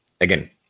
again